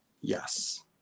yes